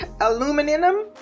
aluminum